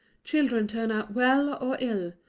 children turn out well or ill,